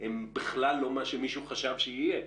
הם בכלל לא מה שמישהו חשב שיהיה.